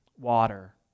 water